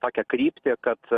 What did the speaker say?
tokią kryptį kad